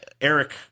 Eric